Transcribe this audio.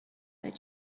did